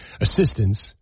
assistance